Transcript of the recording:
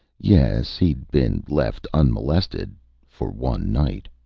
yes he'd been left unmolested for one night.